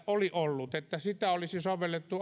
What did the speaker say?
oli ollut että sitä olisi sovellettu